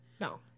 No